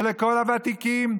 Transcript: לכל הוותיקים,